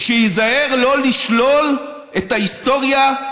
שייזהר לא לשלול את ההיסטוריה,